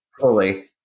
fully